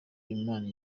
imana